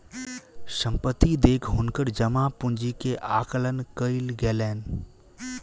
संपत्ति देख हुनकर जमा पूंजी के आकलन कयल गेलैन